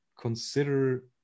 consider